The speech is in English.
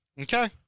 Okay